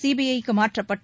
சிபிறக்கு மாற்றப்பட்டு